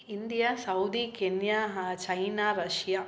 India Saudi Kenya China Russia